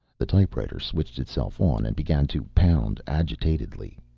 the typewriter switched itself on and began to pound agitatedly.